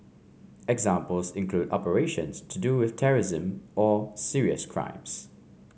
examples include operations to do with terrorism or serious crimes